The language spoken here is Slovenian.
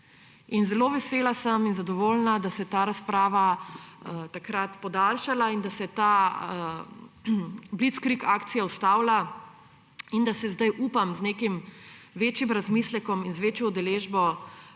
Zelo vesela in zadovoljna sem, da se je ta razprava takrat podaljšala in da se je ta blitzkrieg akcija ustavila in da se zdaj, upam, z nekim večjim razmislekom in z večjo udeležbo